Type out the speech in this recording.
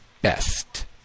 best